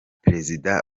perezida